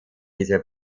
diese